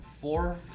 four